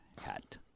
hat